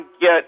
get